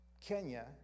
Kenya